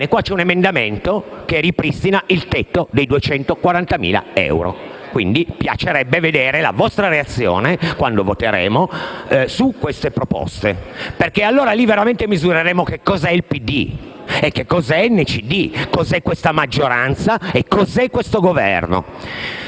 presentato emendamento che ripristina il tetto di 240.000 euro, quindi mi piacerebbe vedere la vostra reazione quando voteremo su queste proposte, perché in quel caso misureremo cos'è il PD, cos'è NCD, cos'è questa maggioranza e cos'è questo Governo.